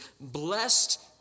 blessed